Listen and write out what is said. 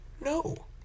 No